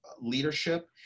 leadership